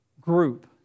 group